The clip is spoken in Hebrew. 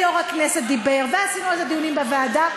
יושב-ראש הכנסת דיבר ועשינו על זה דיונים בוועדה,